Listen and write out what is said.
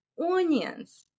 onions